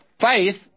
faith